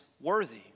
worthy